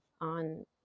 on